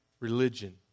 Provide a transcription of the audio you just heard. Religion